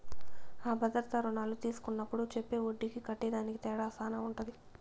అ భద్రతా రుణాలు తీస్కున్నప్పుడు చెప్పే ఒడ్డీకి కట్టేదానికి తేడా శాన ఉంటది